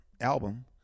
album